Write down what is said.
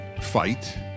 fight